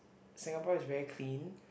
Singapore is very clean